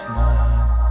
none